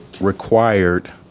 required